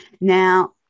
Now